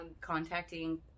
contacting